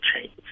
change